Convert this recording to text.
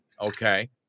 okay